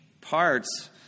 parts